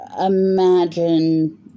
imagine